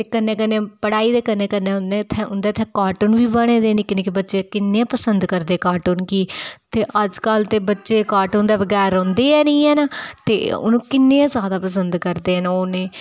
ते कन्नै कन्नै पढ़ाई दे कन्नै कन्नै उं'दे उत्थै उं'दे उत्थै कार्टून बी बने दे निक्के निक्के बच्चे किन्ने पसंद करदे कार्टून कि ते अज्जकल दे बच्चे कार्टून दे बगैर रौंह्दे गै नेई हैन ते हून किन्ने गै ज़्यादा पसंद करदे ओह् उनेंगी